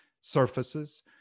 surfaces